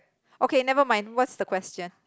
okay nevermind what's the question